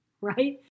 right